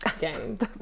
games